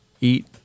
eat